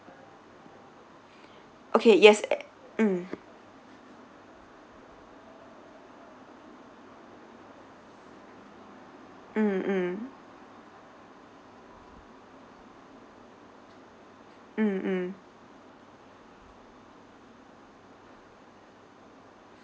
okay yes mm mm mm mm mm